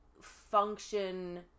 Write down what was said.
function